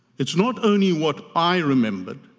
it's not only what i remembered,